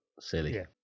silly